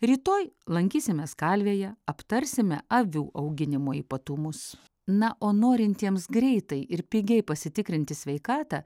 rytoj lankysimės kalvėje aptarsime avių auginimo ypatumus na o norintiems greitai ir pigiai pasitikrinti sveikatą